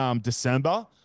December